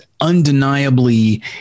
undeniably